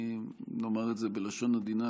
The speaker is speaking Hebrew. נאמר את זה בלשון עדינה,